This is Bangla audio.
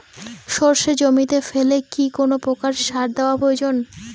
সর্ষে জমিতে ফেলে কি কোন প্রকার সার দেওয়া প্রয়োজন?